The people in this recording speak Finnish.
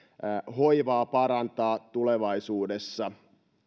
hoivaakin parantaa tulevaisuudessa